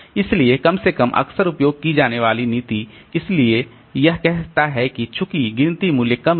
इसलिए कम से कम अक्सर उपयोग की जाने वाली नीति इसलिए यह कहता है कि चूंकि गिनती मूल्य कम है